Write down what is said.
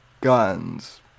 guns